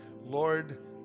Lord